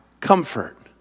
comfort